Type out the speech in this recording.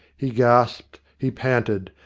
he gasped, he panted,